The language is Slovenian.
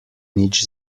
nič